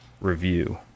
review